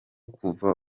kuva